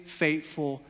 faithful